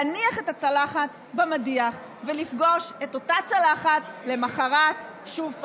להניח את הצלחת במדיח ולפגוש אותה צלחת למוחרת שוב,